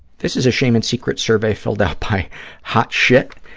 this is a shame and secrets survey filled out by hot shit,